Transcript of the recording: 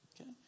Okay